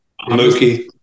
Mookie